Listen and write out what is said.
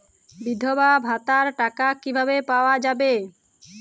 বিধবা ভাতার টাকা কিভাবে পাওয়া যাবে?